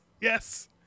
yes